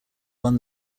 won